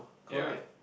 ya